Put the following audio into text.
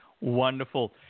Wonderful